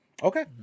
okay